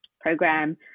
program